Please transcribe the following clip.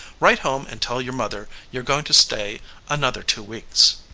write home and tell your mother you're going' to stay another two weeks.